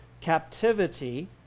captivity